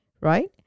right